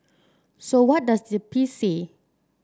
so what does the piece say